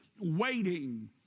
waiting